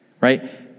right